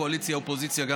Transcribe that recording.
קואליציה ואופוזיציה,